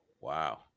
wow